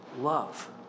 love